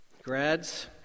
Grads